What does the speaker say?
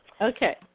Okay